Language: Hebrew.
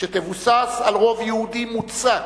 שתבוסס על רוב יהודי מוצק,